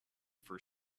for